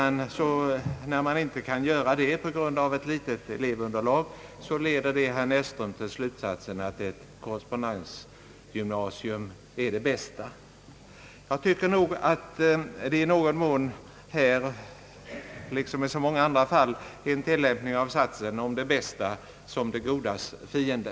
När man inte kan göra det på grund av ett litet elevunderlag leder det herr Näsström till slutsatsen att korrespondensgymnasium är det bästa alternativet. Jag tycker att här liksom i så många andra fall är det en tillämpning av satsen om det bästa som det godas fiende.